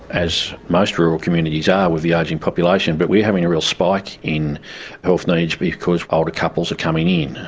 as most rural communities ah are with the ageing population, but we are having a real spike in health needs because older couples are coming in.